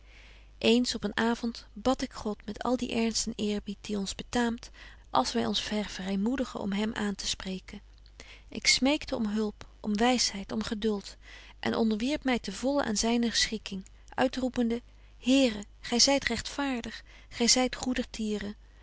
eens op een avond bad ik god met al dien ernst en eerbied die ons betaamt als wy ons vervrymoedigen om hem aantespreken ik smeekte om hulp om wysheid om geduld en onderwierp my ten vollen aan zyne schikking uitroepende here gy zyt rechtvaerdig gy zyt goedertieren